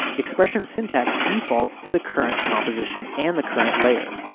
expression syntax defaults to the current composition and the current layer.